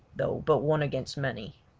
though but one against many.